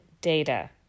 data